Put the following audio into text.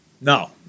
No